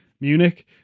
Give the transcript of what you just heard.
Munich